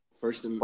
First